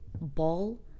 ball